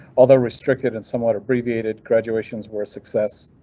although restricted and somewhat abbreviated graduations were success.